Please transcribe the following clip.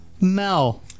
Mel